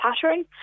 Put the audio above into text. pattern